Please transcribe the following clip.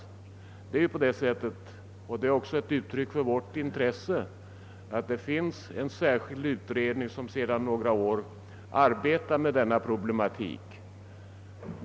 Det är ju på det sättet — och det är också ett uttryck för vårt intresse — att det finns en särskild utredning som sedan några år arbetar med denna problematik.